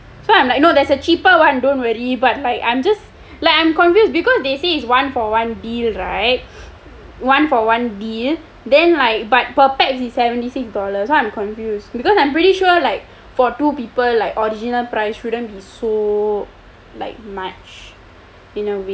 no there's a cheaper one don't worry but like I'm just like I'm confused because they see is one for one deal right one for one deal then like but per pax is seventy six dollars so I'm confused because I'm pretty sure like for two people like original price shouldn't be so like much in a way